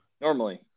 Normally